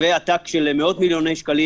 שהאכיפה שלה תיעשה בדרך של קנס מנהלי ולא